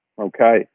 okay